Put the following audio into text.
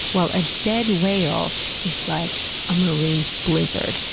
well, a dead whale is like a marine blizzard,